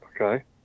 Okay